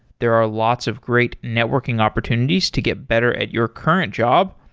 there are lots of great networking opportunities to get better at your current job,